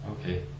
Okay